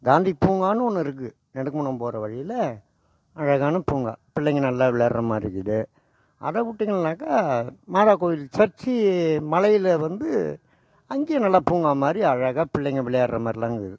காந்தி பூங்கான்னு ஒன்று இருக்குது நெடுங்குணம் போகிற வழியில் அழகான பூங்கா பிள்ளைங்க நல்லா விளையாடுற மாதிரி இருக்குது அதை விட்டீங்கள்னாக்கா மாதா கோயில் சர்ச்சி மலையில் வந்து அங்கையும் நல்லா பூங்கா மாதிரி அழகாக பிள்ளைங்க விளையாடுற மாதிரிலாம் இருக்குது